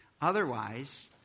Otherwise